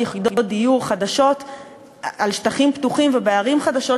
יחידות דיור חדשות על שטחים פתוחים ובערים חדשות,